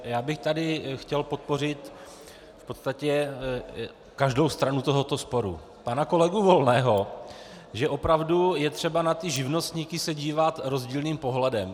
Já bych tady chtěl podpořit v podstatě každou stranu tohoto sporu: pana kolegu Volného, že opravdu je třeba na živnostníky se dívat rozdílným pohledem.